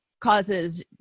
causes